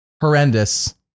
horrendous